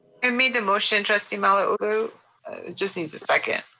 and made the motion, trustee malauulu, it just needs a second.